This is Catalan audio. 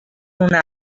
una